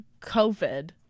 covid